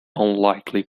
unlikely